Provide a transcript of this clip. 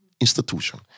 institution